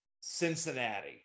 Cincinnati